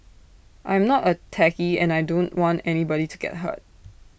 I am not A techie and I don't want anybody to get hurt